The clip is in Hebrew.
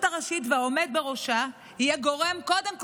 הראשית והעומד בראשה יהיו גורם מקצועי קודם כול,